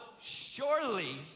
surely